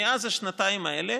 מאז השנתיים האלה,